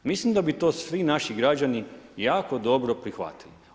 Mislim da bi to svi naši građani jako dobro prihvatili.